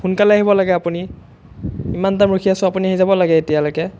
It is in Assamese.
সোনকালে আহিব লাগে আপুনি ইমান টাইম ৰখি আছো আপুনি আহি যাব লাগে এতিয়ালৈকে